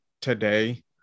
today